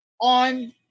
On